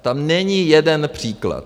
Tam není jeden příklad.